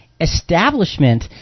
establishment